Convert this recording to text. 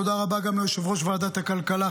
תודה רבה גם ליושב-ראש ועדת הכלכלה,